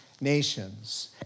nations